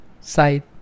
side